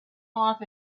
off